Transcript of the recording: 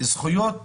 זכויות